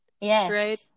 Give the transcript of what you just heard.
yes